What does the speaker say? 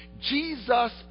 Jesus